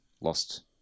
lost